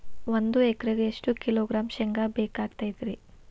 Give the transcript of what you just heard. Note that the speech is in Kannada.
ಒಂದು ಎಕರೆಗೆ ಎಷ್ಟು ಕಿಲೋಗ್ರಾಂ ಶೇಂಗಾ ಬೇಕಾಗತೈತ್ರಿ?